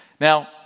Now